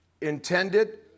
intended